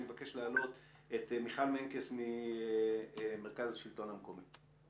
אני מבקש להעלות את מיכל מנקס ממרכז השלטון המקומי.